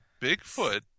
Bigfoot